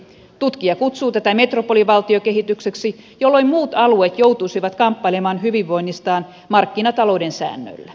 tutkija kutsuu tätä metropolivaltiokehitykseksi jolloin muut alueet joutuisivat kamppailemaan hyvinvoinnistaan markkinatalouden säännöillä